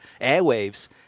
airwaves